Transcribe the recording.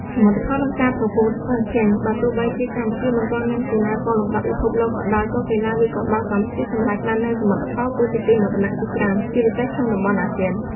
សមិទ្ធផល និងការប្រកួតប្រជែង បើទោះបីជាកម្ពុជាមិនទាន់មានកីឡាករលំដាប់ពិភពលោកក៏ដោយ ក៏កីឡាវាយកូនបាល់កម្ពុជាសម្រេចបាននូវសមិទ្ធផលគួរជាទីមោទនៈជាច្រើន ជាពិសេសក្នុងតំបន់អាស៊ាន។